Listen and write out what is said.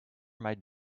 might